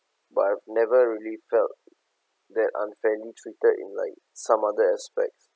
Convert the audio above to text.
but I've never really felt that unfairly treated in like some other aspects